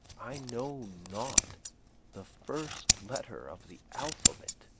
i know not the first letter of the alphabet.